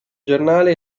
giornale